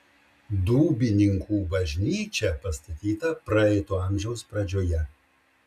dūbininkų bažnyčia pastatyta praeito amžiaus pradžioje